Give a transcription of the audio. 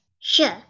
Sure